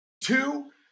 Two